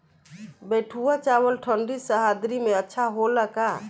बैठुआ चावल ठंडी सह्याद्री में अच्छा होला का?